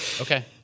Okay